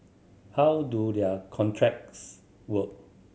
how do their contracts work